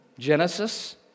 Genesis